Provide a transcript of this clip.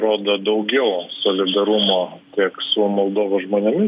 rodo daugiau solidarumo tiek su moldovos žmonėmis